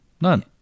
None